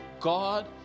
God